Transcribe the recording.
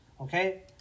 Okay